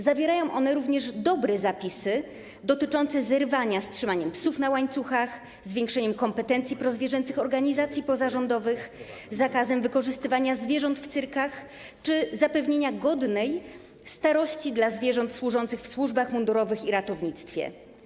Zawierają one również dobre zapisy dotyczące zerwania z trzymaniem psów na łańcuchach, zwiększenia kompetencji prozwierzęcych organizacji pozarządowych, wprowadzenia zakazu wykorzystywania zwierząt w cyrkach czy zapewnienia godnej starości zwierzętom służącym w służbach mundurowych i ratownictwie.